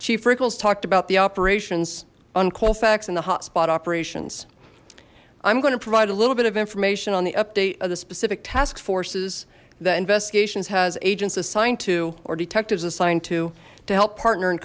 chief rickles talked about the operations on colfax and the hotspot operations i'm going to provide a little bit of information on the update of the specific task forces that investigations has agents assigned to or detectives assigned to to help partner in